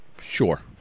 Sure